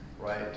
right